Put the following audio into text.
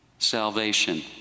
salvation